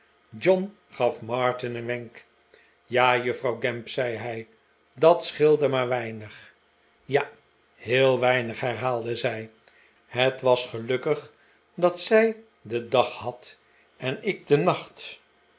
john gaf martin een wenk ja juffrouw gamp zei hij dat scheelde maar weinig ja heel weinig herhaalde zij het was gel'ukkig dat zij den dag had en ik den nachtwanneer